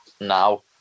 now